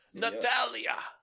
Natalia